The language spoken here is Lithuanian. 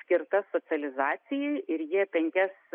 skirtas socializacijai ir jie penkias